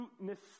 necessity